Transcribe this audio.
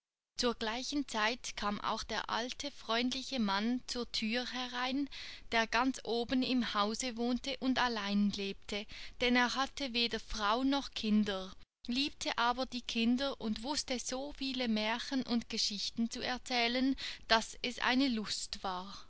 zu gleicher zeit kam auch der alte freundliche mann zur thür herein der ganz oben im hause wohnte und allein lebte denn er hatte weder frau noch kinder liebte aber die kinder und wußte so viel märchen und geschichten zu erzählen daß es eine lust war